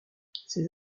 ses